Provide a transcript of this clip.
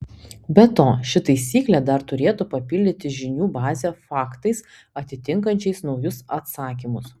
be to ši taisyklė dar turėtų papildyti žinių bazę faktais atitinkančiais naujus atsakymus